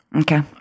Okay